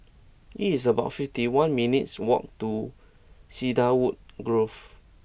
it's about fifty one minutes' walk to Cedarwood Grove